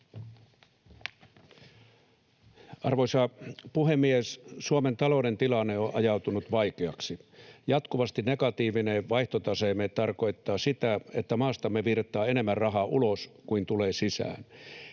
Arvoisa puhemies! Suomen talouden tilanne on ajautunut vaikeaksi. Jatkuvasti negatiivinen vaihtotaseemme tarkoittaa sitä, että maastamme virtaa enemmän rahaa ulos kuin tulee sisään.